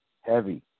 heavy